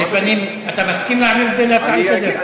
אתה מסכים להעביר את זה להצעה לסדר-היום?